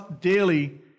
daily